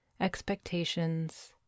expectations